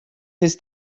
his